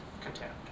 contempt